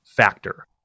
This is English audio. factor